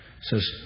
says